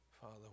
Father